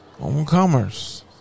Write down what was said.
Homecomers